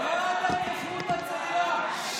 בעד ההתיישבות הצעירה.